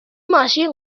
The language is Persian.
ماشین